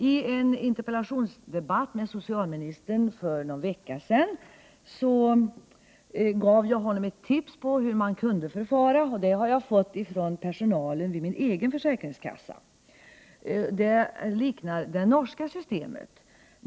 I en interpellationsdebatt för någon vecka sedan gav jag socialministern ett tips om hur man kunde förfara. Det tipset har jag fått från personalen vid min egen försäkringskassa. Det liknar det norska systemet.